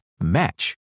match